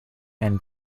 and